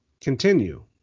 continue